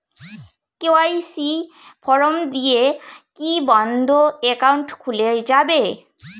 KYC form দিয়ে কি বন্ধ একাউন্ট খুলে যাবে?